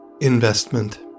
Investment